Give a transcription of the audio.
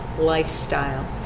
lifestyle